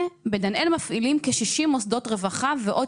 בדנאל מפעילים כ-60 מוסדות רווחה ועוד